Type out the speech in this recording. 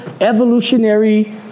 evolutionary